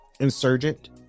Insurgent